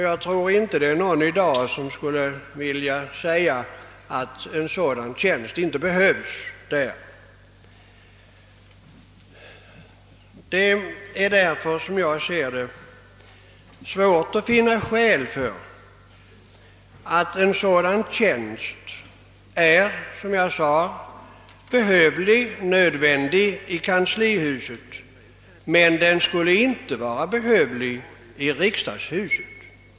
Jag tror inte att någon i dag vill påstå annat än att en sådan tjänst behövs, och jag har svårt att inse att så är fallet i kanslihuset men inte i riksdagshuset.